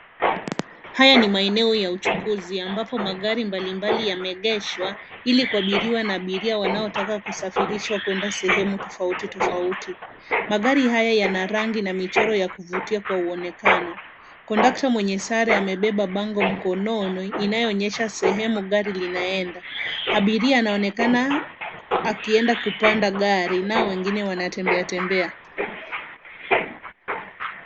Haya ni maeneo ya uchukuzi ambapo magari mbalimbali yameegeshwa ili kubebiriwa na abiria wanaotaka kusafirishwa kwenda sehemu tofauti tofauti. Magari haya yana rangi na michoro ya kuvutia kwa uonekano. Conductor mwenye sare amebeba bango mkononi inayoonyesha sehemu gari linaenda. Abiria anaonekana akienda kupanda gari nao wengine wanatembea tembea.